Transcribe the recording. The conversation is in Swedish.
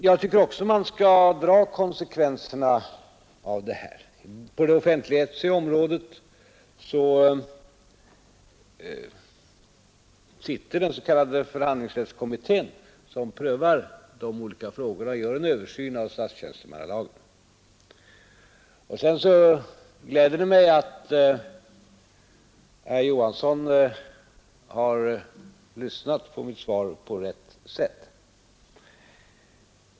Jag tycker också man skall dra konsekvenserna av det här. På det offentligrättsliga området finns den s.k. förhandlingsrättskommittén som prövar de olika frågorna och gör en översyn av statstjänstemannalagen. Sedan gläder det mig att herr Johansson har lyssnat på mitt svar på rätt sätt.